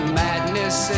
madness